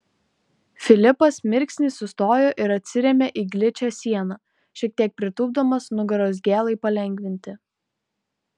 filipas mirksnį sustojo ir atsirėmė į gličią sieną šiek tiek pritūpdamas nugaros gėlai palengvinti